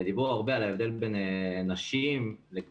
דיברו הרבה על ההבדל בין נשים לגברים.